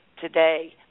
today